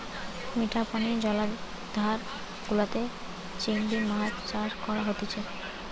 মিঠা পানি জলাধার গুলাতে চিংড়ি মাছ চাষ করা হতিছে